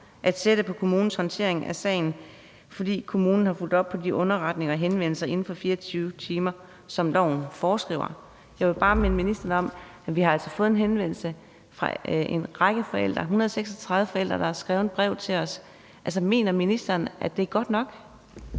at sætte på kommunens håndtering af sagen, fordi kommunen har fulgt op på de underretninger og henvendelser inden for 24 timer, som loven foreskriver? Jeg vil bare minde ministeren om, at vi altså har fået en henvendelse fra en række forældre, 136 forældre, der har skrevet et brev til os. Mener ministeren, at det er godt nok?